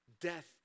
Death